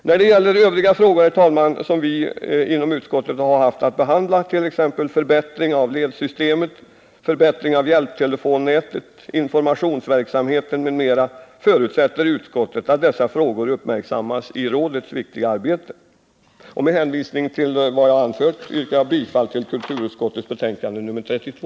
När det gäller övriga frågor som vi inom utskottet haft att behandla — förbättring av ledsystemet, förbättring av hjälptelefonnätet, informationsverksamheten, m.m. — förutsätter utskottet att dessa frågor uppmärksammas i rådets viktiga arbete. Men hänvisning till vad jag anfört yrkar jag bifall till utskottets hemställan i kulturutskottets betänkande nr 32.